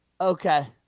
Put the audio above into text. Okay